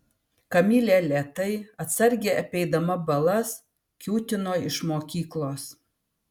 kamilė lėtai atsargiai apeidama balas kiūtino iš mokyklos